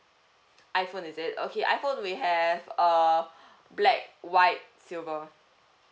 iPhone is it okay iPhone we have err black white silver